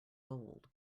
old